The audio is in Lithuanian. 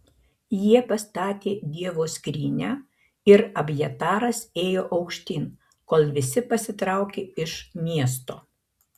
jie pastatė dievo skrynią ir abjataras ėjo aukštyn kol visi pasitraukė iš miesto